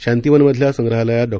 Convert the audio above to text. शांतीवनमधल्या संग्रहालयात डॉ